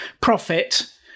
profit